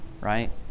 Right